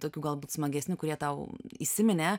tokių galbūt smagesnių kurie tau įsiminė